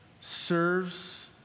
serves